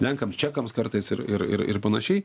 lenkams čekams kartais ir ir ir ir panašiai